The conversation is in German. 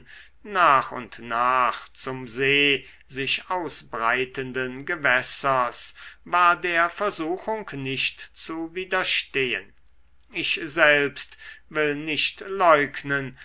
nach und nach zum see sich ausbreitenden gewässers war der versuchung nicht zu widerstehen ich selbst will nicht leugnen